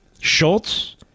Schultz